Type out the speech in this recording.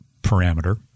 parameter